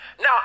Now